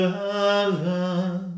heaven